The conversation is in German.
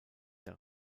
der